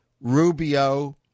Rubio